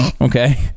okay